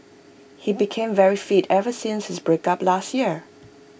he became very fit ever since his breakup last year